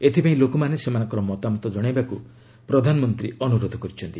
ଏଥିପାଇଁ ଲୋକମାନେ ସେମାନଙ୍କ ମତାମତ ଜଣାଇବାକୁ ପ୍ରଧାନମନ୍ତ୍ରୀ ଅନୁରୋଧ କରିଛନ୍ତି